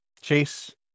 Chase